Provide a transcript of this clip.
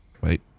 Wait